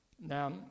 Now